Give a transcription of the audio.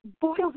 boils